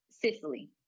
Sicily